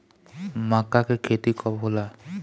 माका के खेती कब होला?